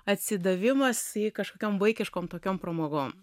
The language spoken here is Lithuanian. atsidavimas kažkokiam vaikiškom tokiom pramogom